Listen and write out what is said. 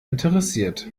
interessiert